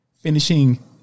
finishing